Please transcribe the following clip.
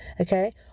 Okay